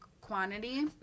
quantity